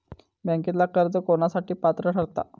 बँकेतला कर्ज कोणासाठी पात्र ठरता?